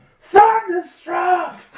thunderstruck